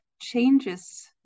changes